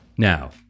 Now